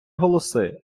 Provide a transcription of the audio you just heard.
голоси